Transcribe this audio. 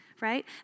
Right